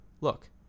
Look